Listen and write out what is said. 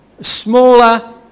Smaller